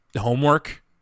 homework